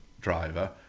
driver